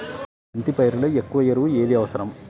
బంతి పైరులో ఎక్కువ ఎరువు ఏది అవసరం?